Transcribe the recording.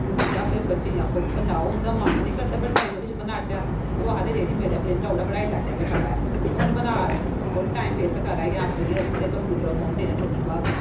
हून जियां कोई बच्चे गी आक्खोग बनाओ उंदा मन है नेईं करदा ड्राइंग उप्पर किश बनाचे ओह् आक्खदे रैडीमेड प्रिंटआउट कढाई लैचे ते खरा ऐ कुन बनाए कुन टाइम बेस्ट करे जां आपें जाइये उत्थे कम्पयूटर उप्पर बौंहदे ना ते उत्थूं